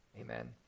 amen